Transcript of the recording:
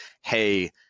hey